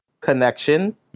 connection